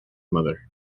mother